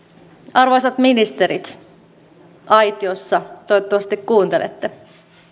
arvoisat ministerit aitiossa toivottavasti kuuntelette